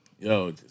Yo